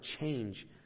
change